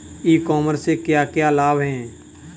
ई commerce से क्या क्या लाभ हैं?